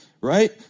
right